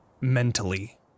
mentally